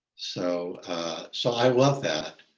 so so i love that.